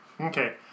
Okay